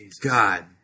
God